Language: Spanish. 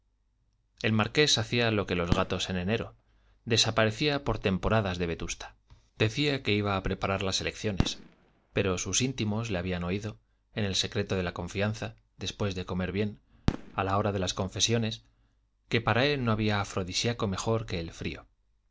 el marqués hacía lo que los gatos en enero desaparecía por temporadas de vetusta decía que iba a preparar las elecciones pero sus íntimos le habían oído en el secreto de la confianza después de comer bien a la hora de las confesiones que para él no había afrodisíaco mejor que el frío